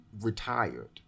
retired